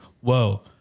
whoa